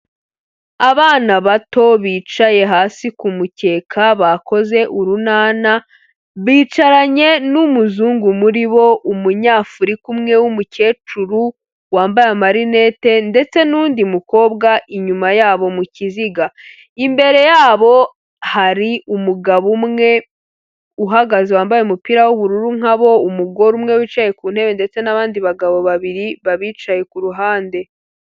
Abana bato bicaye hasi ku mukeka bakoze urunana, bicaranye n'umuzungu muri bo umunyafurika umwe w'umukecuru, wambaye amarinete ndetse n'undi mukobwa inyuma yabo mu kiziga. Imbere yabo hari umugabo umwe uhagaze wambaye umupira w'ubururu nkabo, Umugore umwe wicaye ku ntebe ndetse n'abandi bagabo babiri babicaye ku ruhande.